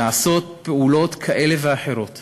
לעשות פעולות כאלה ואחרות